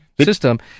system